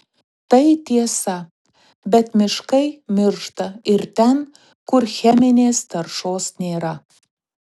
tai tiesa bet miškai miršta ir ten kur cheminės taršos nėra